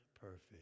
perfect